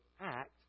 act